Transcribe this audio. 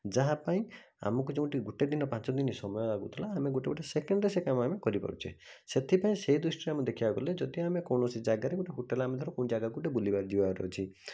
ଯାହା ପାଇଁ ଆମକୁ ଯେଉଁଠି ଗୋଟେ ଦିନ ପାଞ୍ଚ ଦିନ ସମୟ ଲାଗୁଥିଲା ଆମେ ଗୋଟେ ଗୋଟେ ସେକେଣ୍ଡ୍ରେ ସେ କାମ ଆମେ କରିପାରୁଛେ ସେଥିପାଇଁ ସେହି ଦୃଷ୍ଟିରେ ଆମେ ଦେଖିବାକୁ ଗଲେ ଯଦି ଆମେ କୌଣସି ଜାଗାରେ ଗୋଟେ ହୋଟେଲ୍ ଆମେ ଧର କେଉଁ ଜାଗାକୁ ଗୋଟେ ବୁଲିବାର ଯିବାର ଅଛି